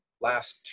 last